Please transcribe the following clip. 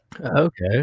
Okay